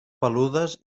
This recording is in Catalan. peludes